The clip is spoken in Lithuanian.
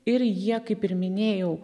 ir jie kaip ir minėjau